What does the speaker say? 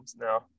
now